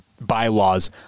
bylaws